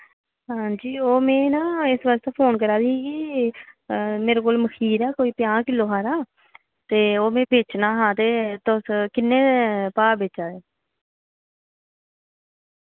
हांजी ओ में ना इस आस्तै फोन करा दी ही कि मेरे कोल मखीर ऐ कोई पंजाह् किल्लो हारा ते ओह् में बेचना हा ते तुस किन्ने भा बेचा दे